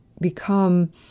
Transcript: become